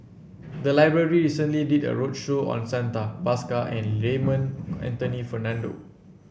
the library recently did a roadshow on Santha Bhaskar and Raymond Anthony Fernando